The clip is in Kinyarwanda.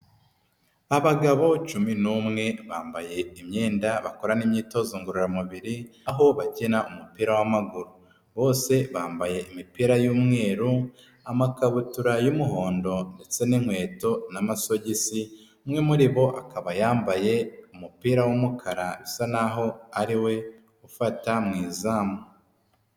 Abagabo cumi n'umwe bambaye imyenda bakorana imyitozo ngororamubiri aho bakina umupira w'amaguru, bose bambaye imipira y'umweru amakabutura y'umuhondo ndetse n'inkweto n'amasogisi, umwe muri bo akaba yambaye umupira w'umukara asa n'aho ariwe ufata mu izamu.